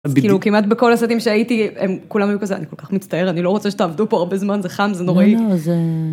כמעט בכל הסרטים שהייתי, כולם היו כזה, אני כל כך מצטערת, אני לא רוצה שתעבדו פה הרבה זמן, זה חם, זה נוראי. לא לא, זה